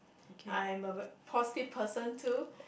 I'm a v~ positive person too